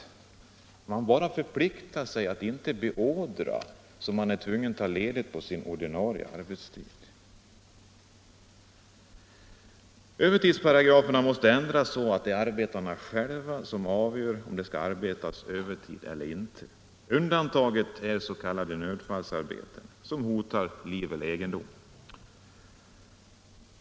Bolaget förpliktar sig bara att inte beordra övertid så att arbetarna är tvungna att ta ledigt på sin ordinarie arbetstid. Övertidsparagraferna måste ändras så, att det är arbetarna själva som avgör om det skall arbetas övertid eller inte. Undantaget är s.k. nödfallsarbeten där liv eller egendom hotas.